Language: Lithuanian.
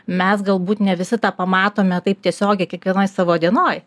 mes galbūt ne visi tą pamatome taip tiesiogiai kiekvienoje savo dienoj